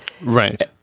Right